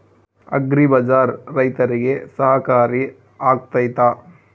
Agri bazaar ರೈತರಿಗೆ ಸಹಕಾರಿ ಆಗ್ತೈತಾ?